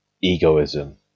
egoism